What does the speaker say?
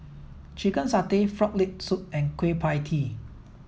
chicken satay frog leg soup and Kueh Pie Tee